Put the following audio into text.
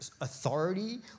authority